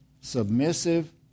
submissive